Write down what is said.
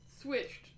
switched